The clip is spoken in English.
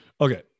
Okay